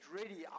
ready